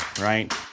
right